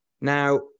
Now